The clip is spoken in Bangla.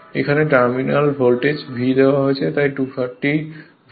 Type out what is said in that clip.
এখানে টার্মিনাল ভোল্টেজ V দেওয়া হয়েছে 230 ভোল্ট এবং Rf হল 230 Ω হয়